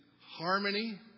harmony